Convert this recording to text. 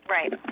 Right